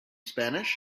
spanish